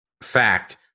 fact